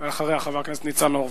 ואחריה, חבר הכנסת ניצן הורוביץ.